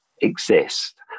exist